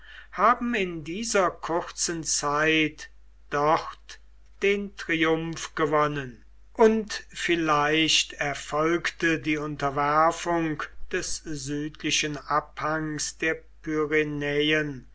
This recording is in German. haben in dieser kurzen zeit dort den triumph gewonnen und vielleicht erfolgte die unterwerfung des südlichen abhangs der